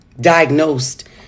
diagnosed